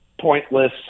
pointless